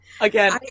again